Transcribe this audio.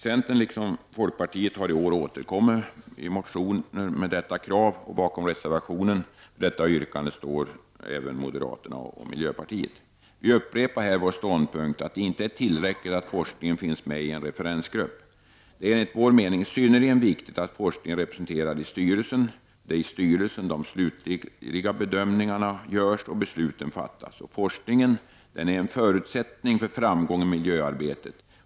Centern — liksom folkpartiet — har i år återkommit med detta krav i motion. Och bakom reservationen med detta yrkande står även moderaterna och miljöpartiet. Vi upprepar där ståndpunkten att det inte är tillräckligt att forskningen representeras genom en referensgrupp. Det är enligt vår mening synnerligen viktigt att forskningen finns representerad i styrelsen där de slutliga bedömningarna görs och besluten fattas. Forskningen är en förutsättning för framgång i miljöarbetet.